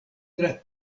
tra